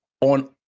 on